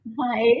Hi